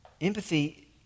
Empathy